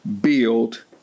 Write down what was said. build